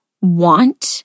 want